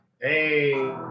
hey